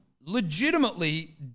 Legitimately